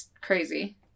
crazy